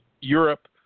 Europe